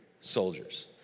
soldiers